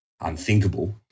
unthinkable